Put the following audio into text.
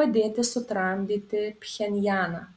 padėti sutramdyti pchenjaną